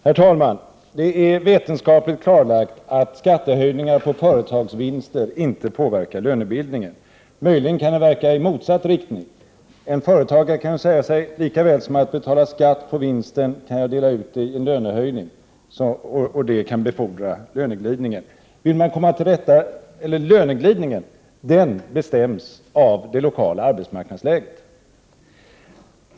Herr talman! Det är vetenskapligt klarlagt att skattehöjningar på företagsvinster inte påverkar lönebildningen. Möjligen kan de verka i motsatt riktning. En företagare kan säga sig: Lika väl som att betala skatt på vinsten, kan jag dela ut den i lönehöjning. Det kan befordra löneglidningen. Men lönebildningen bestäms främst av det lokala arbetsmarknadsläget.